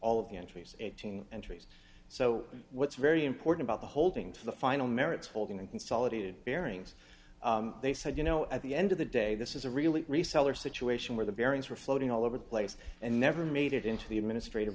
entries eighteen entries so what's very important about the holding to the final merits holding and consolidated bearings they said you know at the end of the day this is a really reseller situation where the bearings were floating all over the place and never made it into the administrative